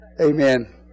Amen